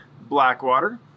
Blackwater